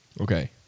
okay